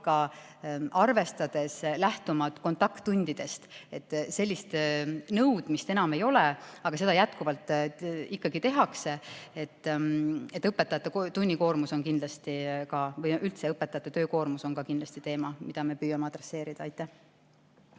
palka arvestades lähtuma kontakttundidest. Sellist nõudmist enam ei ole, aga seda jätkuvalt ikkagi tehakse. Nii et õpetajate tunnikoormus, üldse õpetajate töökoormus on kindlasti teema, mida me püüame adresseerida. Aitäh!